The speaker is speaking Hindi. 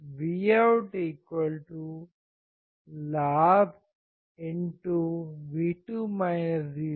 Vout लाभ 1V